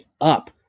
up